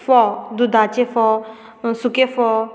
फोव दुदाचे फोव सुकें फोव